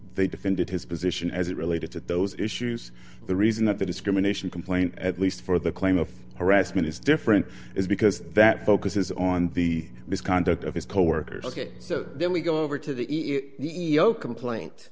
they defended his position as it related to those issues the reason that the discrimination complaint at least for the claim of harassment is different is because that focuses on the misconduct of his coworkers ok so then we go over to the e u e o complaint